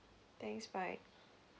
thanks bye